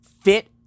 Fit